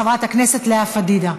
חברת הכנסת לאה פדידה.